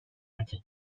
arte